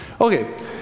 Okay